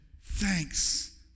thanks